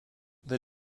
this